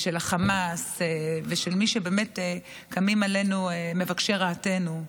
ושל החמאס ושל מי שקמים עלינו, מבקשי רעתנו.